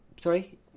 Sorry